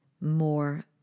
more